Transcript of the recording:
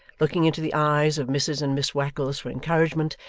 looking into the eyes of mrs and miss wackles for encouragement,